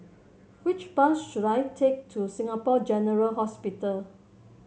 which bus should I take to Singapore General Hospital